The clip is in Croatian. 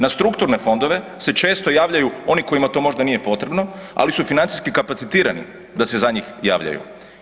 Na strukturne fondove se često javljaju oni kojime to možda nije potrebno, ali su financijski kapacitirani da se za njih javljaju.